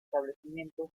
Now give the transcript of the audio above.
establecimiento